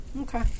Okay